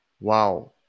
wow